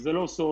וזה לא סוד